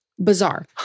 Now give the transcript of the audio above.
Bizarre